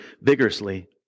vigorously